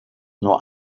nur